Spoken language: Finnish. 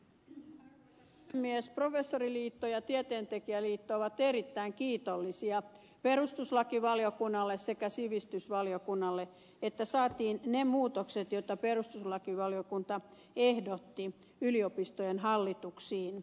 professoriliitto ja tieteentekijäliitto ovat erittäin kiitollisia perustuslakivaliokunnalle sekä sivistysvaliokunnalle että saatiin ne muutokset joita perustuslakivaliokunta ehdotti yliopistojen hallituksiin